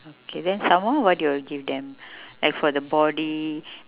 okay then some more what you will give them